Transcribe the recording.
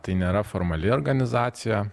tai nėra formali organizacija